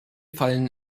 fallen